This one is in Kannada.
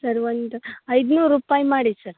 ಸರ್ ಒಂದು ಐದುನೂರು ರುಪಾಯಿ ಮಾಡಿ ಸರ್